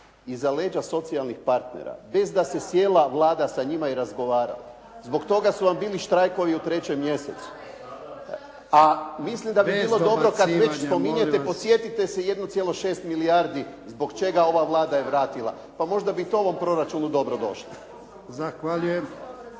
Iza leđa socijalnih partnera, bez da se sjela Vlada sa njima i razgovarala. Zbog toga su vam bili štrajkovi u 3. mjesecu. A mislim da bi bilo dobro kad već spominjete podsjetite se 1,6 milijardi zbog čega je ova Vlada vratila. Pa možda bi to ovom proračunu dobro došlo.